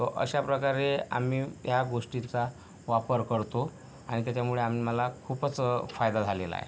व अशा प्रकारे आम्ही या गोष्टीचा वापर करतो आणि त्याच्यामुळे आम्हाला खूपच फायदा झालेला आहे